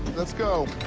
let's go.